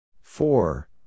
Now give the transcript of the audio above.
Four